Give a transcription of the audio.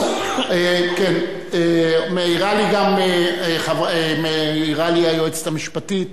מעירה לי היועצת המשפטית,